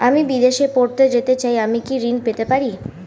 আমি বিদেশে পড়তে যেতে চাই আমি কি ঋণ পেতে পারি?